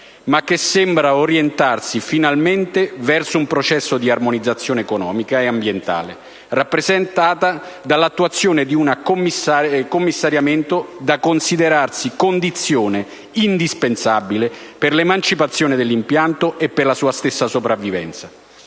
ma che sembra orientarsi - finalmente - verso un processo di armonizzazione economico-ambientale, rappresentato dall'attuazione di un commissariamento, da considerarsi condizione indispensabile per l'emancipazione dell'impianto e per la sua stessa sopravvivenza.